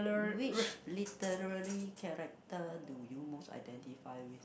which literary character do you most identified with